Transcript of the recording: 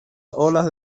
olas